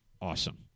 awesome